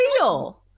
real